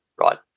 right